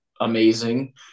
amazing